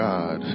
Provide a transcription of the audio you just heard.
God